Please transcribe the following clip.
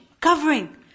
covering